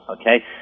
Okay